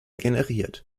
generiert